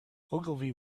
ogilvy